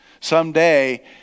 Someday